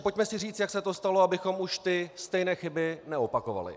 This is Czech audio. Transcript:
Pojďme si říct, jak se to stalo, abychom už stejné chyby neopakovali.